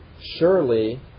surely